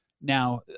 Now